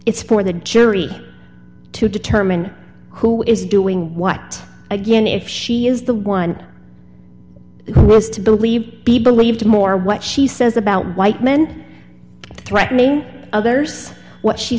it's for the jury to determine who is doing what again if she is the one who wants to believe be believed more what she says about white men threatening others what she